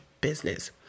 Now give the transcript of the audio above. business